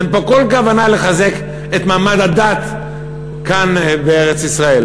אין פה כל כוונה לחזק את מעמד הדת כאן בארץ-ישראל,